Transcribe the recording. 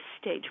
stage